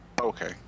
Okay